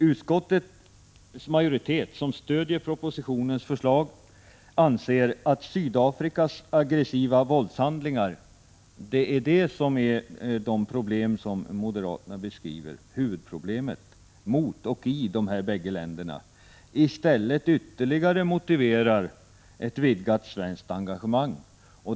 Utskottets majoritet — som stöder propositionens förslag — anser att Sydafrikas aggressiva våldshandlingar mot och i de båda länderna i stället ytterligare motiverar ett vidgat svenskt engagemang.